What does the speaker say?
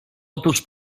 otóż